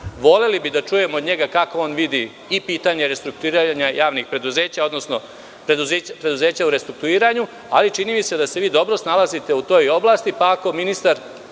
Voleli bi da čujemo od njega kako on vidi i pitanje restrukturiranja javnih preduzeća, odnosno preduzeća u restrukturiranju, ali čini mi se da se vi dobro snalazite u toj oblasti, pa ako se ministar